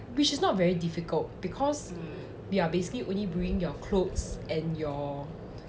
which is not very difficult because we are basically only bring your clothes and your skincare and your ya ya but you have a lot of bags